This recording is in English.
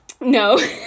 No